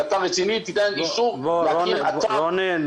אם אתה רציני תיתן אישור להקים אתה בתוך --- רוני,